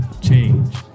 change